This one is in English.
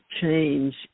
change